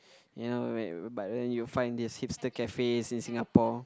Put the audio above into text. you know where but when you find these hipster cafes in Singapore